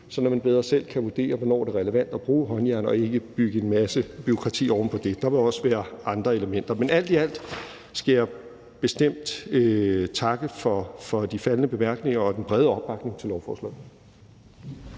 sådan at de bedre selv kan vurdere, hvornår det er relevant at bruge håndjern, og ikke skal bygge en masse bureaukrati oven på det. Der må også være andre elementer, men alt i alt skal jeg bestemt takke for de faldne bemærkninger og den brede opbakning til lovforslaget.